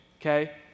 okay